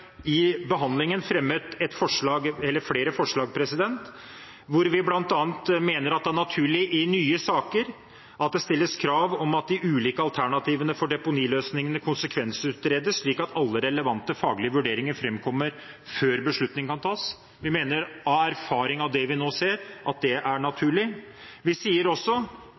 behandlingen fremmet flere forslag hvor vi bl.a. mener at det i nye saker er naturlig at det stilles krav om at de ulike alternativene for deponiløsningene konsekvensutredes, slik at alle relevante faglige vurderinger framkommer før beslutning kan tas. Vi mener av erfaring av det vi nå ser, at det er naturlig. Vi sier også